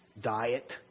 diet